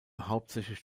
hauptsächlich